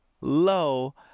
low